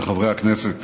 וחברי הכנסת,